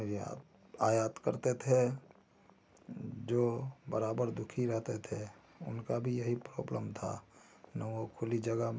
निर्यात आयात करते थे जो बराबर दुखी रहते थे उनका भी यही प्रोबलम था ना वे खुली जगह